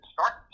Start